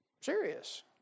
Serious